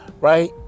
right